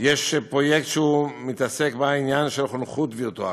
יש פרויקט שמתעסק בחונכות וירטואלית,